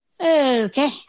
Okay